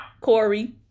Corey